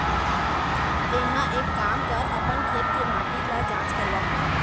तेंहा एक काम कर अपन खेत के माटी ल जाँच करवा